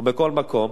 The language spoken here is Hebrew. או בכל מקום,